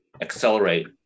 accelerate